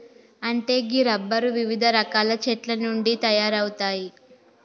అంటే గీ రబ్బరు వివిధ రకాల చెట్ల నుండి తయారవుతాయి